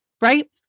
right